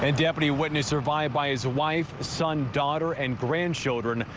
and deputy whitten is survived by his wife, son, daughter and grandchildren.